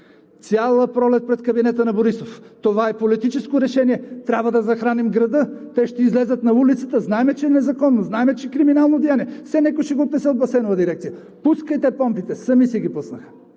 Цяла пролет пред кабинета на Борисов: „Това е политическо решение, трябва да захраним града, те ще излязат на улицата. Знаем, че е незаконно, знаем, че е криминално деяние. Все някой ще го отнесе от Басейнова дирекция. Пускайте помпите.“ Сами си ги пуснаха!